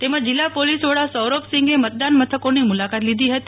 તેમજ જિલ્લા પોલીસ વડા સૌરભસિંઘે મતદાન મથકોની મુલાકાત લીધી હતી